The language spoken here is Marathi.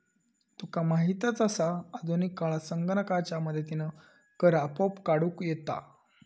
तुका माहीतच आसा, आधुनिक काळात संगणकाच्या मदतीनं कर आपोआप काढूक येता